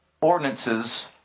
ordinances